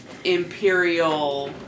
Imperial